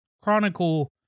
chronicle